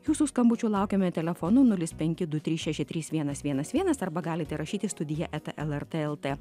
jūsų skambučių laukiame telefonu nulis penki du trys šeši trys vienas vienas vienas arba galite rašyti studija eta lrt lt